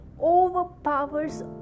overpowers